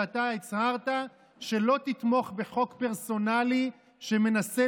שאתה הצהרת שלא תתמוך בחוק פרסונלי שמנסה